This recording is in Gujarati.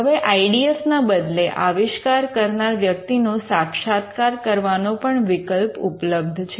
હવે આઇ ડી એફ ના બદલે આવિષ્કાર કરનાર વ્યક્તિનો સાક્ષાત્કાર કરવાનો પણ વિકલ્પ ઉપલબ્ધ છે